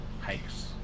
hikes